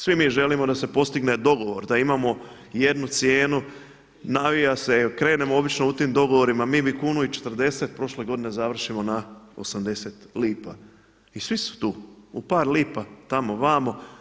Svi mi želimo da se postigne dogovor, da imamo jednu cijenu navija se, krenemo obično u tim dogovorima, mi bi kunu i 40 prošle godine završimo na 80 lipa i svi su tu u par lipa tamo-vamo.